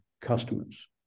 customers